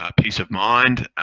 a peace of mind, a